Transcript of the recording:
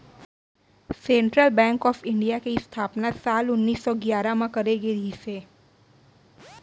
central bank of India के इस्थापना साल उन्नीस सौ गियारह म करे गे रिहिस हे